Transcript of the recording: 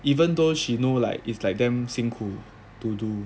even though she know like it's like damn 辛苦 to do